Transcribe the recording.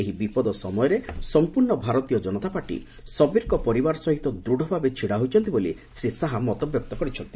ଏହି ବିପଦ ସମୟରେ ସମ୍ପୂର୍ଣ୍ଣ ଭାରତୀୟ କନତାପାର୍ଟି ସବୀରଙ୍କ ପରିବାର ସହିତ ଦୂଢଭାବେ ଛିଡା ହୋଇଛନ୍ତି ବୋଲି ଶ୍ରୀ ଶାହା ମତବ୍ୟକ୍ତ କରିଚ୍ଛନ୍ତି